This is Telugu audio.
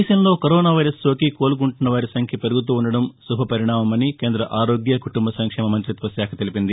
దేశంలో కరోనా వైరస్ సోకి కోలుకుంటున్న వారి సంఖ్య పెరుగుతుండడం మంచి పరిణామమని కేంద్ర ఆరోగ్య కుటుంబ సంక్షేమ మంత్రిత్వ శాఖ తెలిపింది